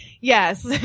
Yes